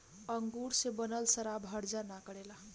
अंगूर से बनल शराब हर्जा ना करेला